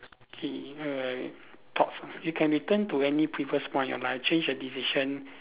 K err thoughts you can return to any previous point in life change a decision